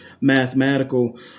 mathematical